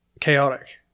chaotic